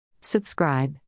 Subscribe